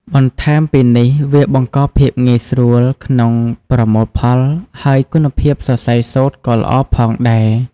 បន្ថែមពីនេះវាបង្កភាពងាយស្រួលក្នុងប្រមូលផល ហើយគុណភាពសរសៃសូត្រក៏ល្អផងដែរ។